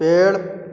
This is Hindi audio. पेड़